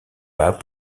pas